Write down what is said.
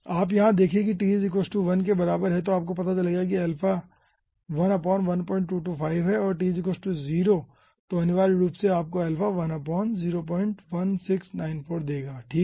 आप यहाँ देखे कि यदि T1 के बराबर है तो आपको पता चलेगा कि अल्फा 1 1225 है और T0 तो अनिवार्य रूप से आपको अल्फा 1 01694 देगा ठीक है